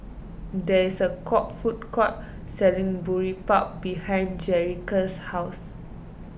there is a court food court selling Boribap behind Jerrica's house